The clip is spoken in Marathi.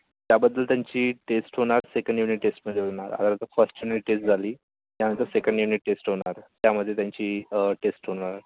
त्याबद्दल त्यांची टेस्ट होणार सेकंड युनिट टेस्टमध्ये होणार आता तर फर्स्ट युनिट टेस्ट झाली त्यानंतर सेकंड युनिट टेस्ट होणार त्यामध्ये त्यांची टेस्ट होणार